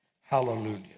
Hallelujah